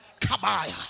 Kabaya